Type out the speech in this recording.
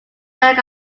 flank